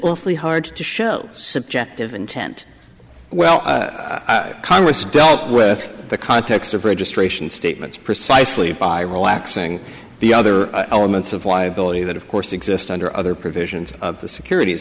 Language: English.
awfully hard to show subjective intent well congress dealt with the context of registration statements precisely by relaxing the other elements of liability that of course exist under other provisions of the securit